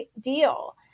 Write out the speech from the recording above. deal